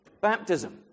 baptism